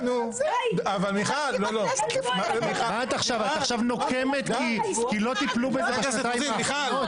--- את עכשיו נוקמת כי לא טיפלו בבקשותייך האחרונות?